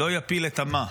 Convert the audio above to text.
לא יפיל את ה"מה",